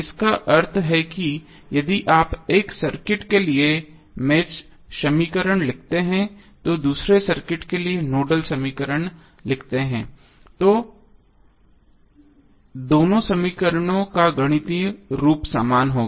इसका अर्थ है कि यदि आप एक सर्किट के लिए मेष समीकरण लिखते हैं और दूसरे सर्किट के लिए नोडल समीकरण लिखते हैं तो दोनों समीकरणों का गणितीय रूप समान होगा